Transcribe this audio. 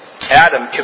Adam